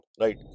right